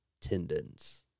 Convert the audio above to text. tendons